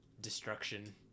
destruction